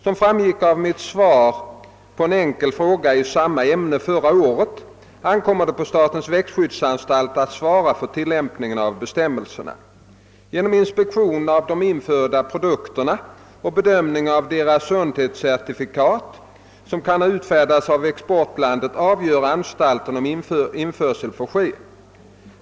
Som framgick av mitt svar på en enkel fråga i samma ämne förra året, ankommer det på statens växtskyddsanstalt att svara för tillämpningen av bestämmelserna. Genom inspektion av de införda produkterna och be dömning av de sundhetscertifikat som kan ha utfärdats av exportlandet avgör anstalten om införsel får ske.